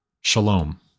shalom